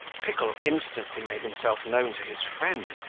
pickle instantly made himself known to his friend,